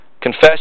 Confess